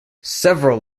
several